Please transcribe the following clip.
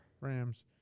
Rams